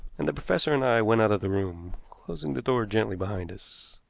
and the professor and i went out of the room, closing the door gently behind us.